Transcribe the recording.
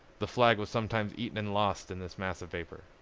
the flag was sometimes eaten and lost in this mass of vapor,